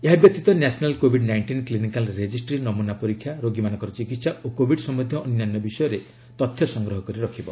ଏହା ବ୍ୟତୀତ ନ୍ୟାସନାଲ୍ କୋବିଡ୍ ନାଇଷ୍ଟିନ୍ କ୍ଲିନିକାଲ୍ ରେଜିଷ୍ଟ୍ରି ନମୁନା ପରୀକ୍ଷା ରୋଗୀମାନଙ୍କର ଚିକିତ୍ସା ଓ କୋବିଡ୍ ସମ୍ଭନ୍ଧୀୟ ଅନ୍ୟାନ୍ୟ ବିଷୟରେ ତଥ୍ୟ ସଂଗ୍ରହ କରି ରଖିବ